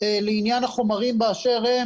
לעניין החומרים באשר הם,